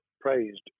praised